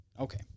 Okay